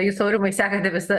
jūs aurimai sekate visą